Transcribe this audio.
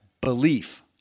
belief